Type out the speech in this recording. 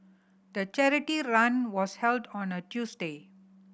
the charity run was held on a Tuesday